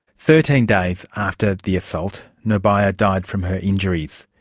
thirteen days after the assault, nirbhaya died from her injuries.